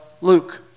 Luke